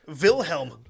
Wilhelm